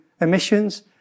emissions